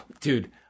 Dude